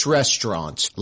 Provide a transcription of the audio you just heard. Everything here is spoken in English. restaurants